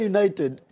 United